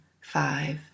five